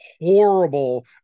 horrible